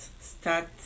start